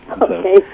Okay